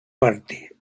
parte